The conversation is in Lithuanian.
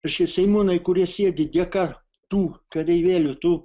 reiškia seimūnai kurie sėdi dėka tų kareivėlių tų